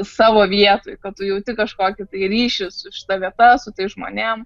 savo vietoj kad tu jauti kažkokį tai ryšį su šita vieta su tais žmonėm